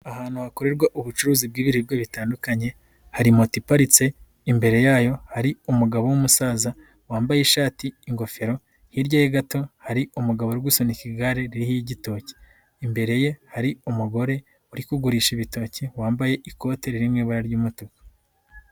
Ahantu hakorerwa ubucuruzi bw'ibiribwa bitandukanye hari moto iparitse, imbere yayo hari umugabo w'umusaza wambaye ishati, ingofero, hirya ye gato hari umugabo uri gusunika igare rirho igitoki, imbere ye hari umugore uri kugurisha ibitoki wambaye ikote riri mu ibara ry'umutuku.